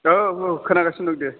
औ औ खोनागासिनो दं दे